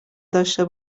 داشته